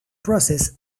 process